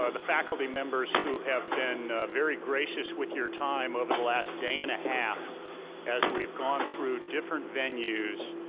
ah the faculty members who have been very gracious with your time over the last day and a half as we've gone through different venues